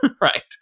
right